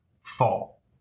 fall